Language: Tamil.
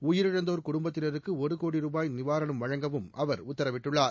உயிரிழந்தோர் குடும்பத்தினருக்கு ஒரு கோடி ரூபாய் நிவாரணம் வழங்கவும் அவர் உத்தரவிட்டுள்ளார்